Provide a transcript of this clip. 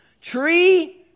tree